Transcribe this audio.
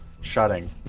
shutting